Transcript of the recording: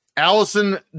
Allison